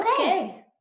Okay